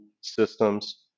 systems